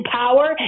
power